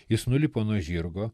jis nulipo nuo žirgo